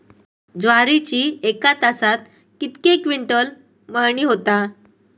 ज्वारीची एका तासात कितके क्विंटल मळणी होता?